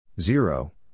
Zero